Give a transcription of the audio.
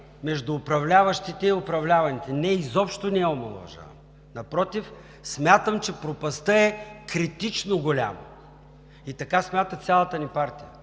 между управляващите и управляваните. Не, изобщо не я омаловажавам. Напротив – смятам, че пропастта е критично голяма и така смята цялата ни партия.